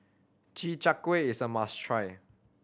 Chi Kak Kuih is a must try